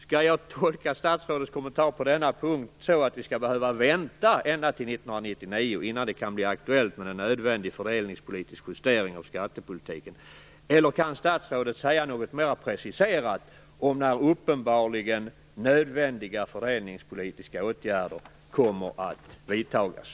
Skall jag tolka statsrådets kommentar på denna punkt så att vi skall behöva vänta ända till 1999 innan det kan bli aktuellt med en nödvändig fördelningspolitisk justering av skattepolitiken, eller kan statsrådet säga något mera preciserat om när uppenbarligen nödvändiga fördelningspolitiska åtgärder kommer att vidtas?